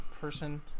person